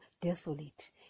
desolate